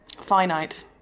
Finite